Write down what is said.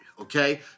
Okay